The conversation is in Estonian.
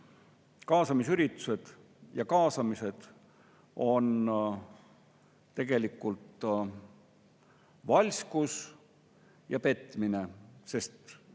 kaasamisüritused ja kaasamised on tegelikult valskus ja petmine, sest